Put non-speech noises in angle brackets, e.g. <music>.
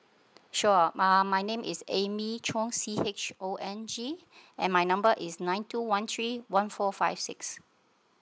sure um my name is amy chong C H O N G <breath> and my number is nine two one three one four five six